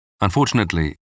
Unfortunately